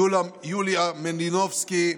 יוליה מלינובסקי,